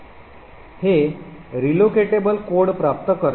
हे relocatable code प्राप्त करते